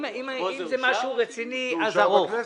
אם זה משהו רציני אז ארוך,